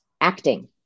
acting